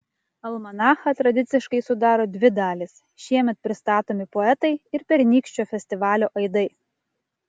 almanachą tradiciškai sudaro dvi dalys šiemet pristatomi poetai ir pernykščio festivalio aidai